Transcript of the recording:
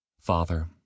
Father